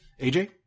AJ